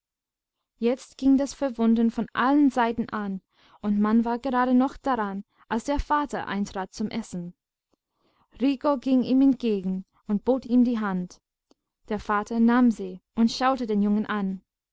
jetzt ging das verwundern von allen seiten an und man war gerade noch daran als der vater eintrat zum essen rico ging ihm entgegen und bot ihm die hand der vater nahm sie und schaute den jungen an